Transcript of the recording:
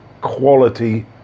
quality